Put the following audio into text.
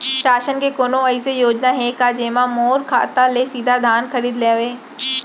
शासन के कोनो अइसे योजना हे का, जेमा मोर खेत ले सीधा धान खरीद लेवय?